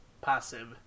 passive